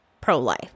pro-life